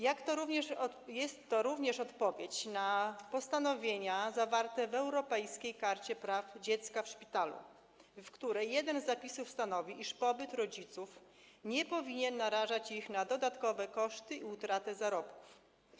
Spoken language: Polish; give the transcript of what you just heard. Jest to również odpowiedź na postanowienia zawarte w Europejskiej Karcie Praw Dziecka w Szpitalu, której jeden z zapisów stanowi, iż pobyt rodziców nie powinien narażać ich na dodatkowe koszty i utratę zarobków.